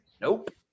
Nope